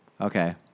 Okay